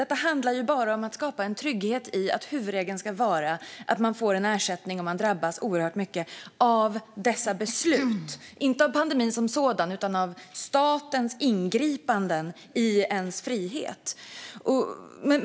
Detta handlar ju bara om att skapa en trygghet i att huvudregeln ska vara att man får ersättning om man drabbas oerhört mycket av dessa beslut, det vill säga inte av pandemin som sådan utan av statens ingripanden i ens frihet.